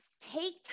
Take